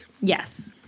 Yes